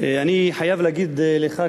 אני חייב להגיד לך,